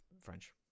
French